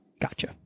Gotcha